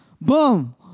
Boom